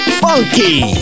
funky